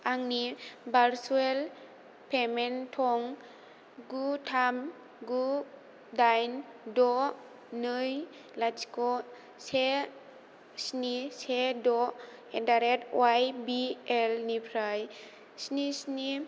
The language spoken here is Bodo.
आंनि भारसुएल पेमेन्ट थं गु थाम गु दाइन द' नै लाथिख' से स्नि से द' एटडारेट अवाय बि एल निफ्राय स्नि स्नि